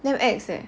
damn ex leh